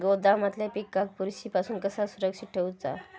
गोदामातल्या पिकाक बुरशी पासून कसा सुरक्षित ठेऊचा?